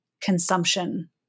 consumption